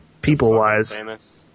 people-wise